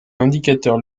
indicateur